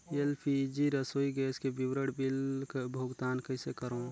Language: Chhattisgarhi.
एल.पी.जी रसोई गैस के विवरण बिल भुगतान कइसे करों?